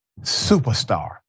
superstar